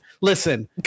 listen